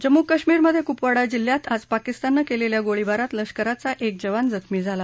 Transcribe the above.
जम्मू काश्मिरमधे कुपावाडा जिल्ह्यत आज पाकिस्ताननं केलेल्या गोळीबारात लष्कराचा एक जवान जखमी झाला